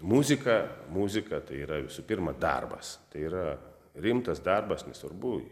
muzika muzika tai yra visų pirma darbas tai yra rimtas darbas nesvarbu